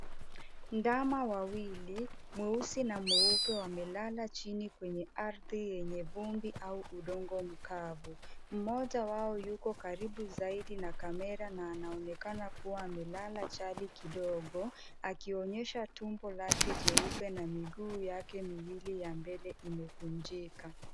Ndama wawili, mweusi na mweupe wamelala chini kwenye ardhi yenye vumbi au udongo mkavu. Mmoja wao yuko karibu zaidi na kamera na anaonekana kuwa amelala chali kidogo, akionyesha tumbo lake jeupe na miguu yake miliwi ya mbele imekunjika.